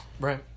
Right